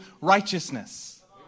righteousness